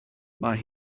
mae